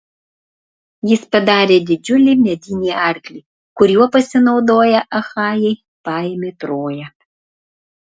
jis padarė didžiulį medinį arklį kuriuo pasinaudoję achajai paėmė troją